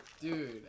Dude